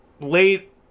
late